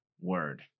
Word